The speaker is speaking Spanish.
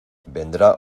vendrá